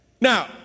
Now